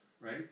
right